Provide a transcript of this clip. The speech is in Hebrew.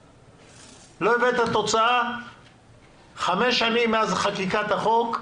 הבאת תוצאה חמש שנים מאז חקיקת החוק,